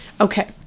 Okay